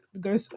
go